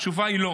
התשובה היא לא.